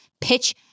pitch